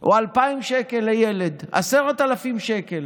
או 2,000 שקל לילד, 10,000 שקל.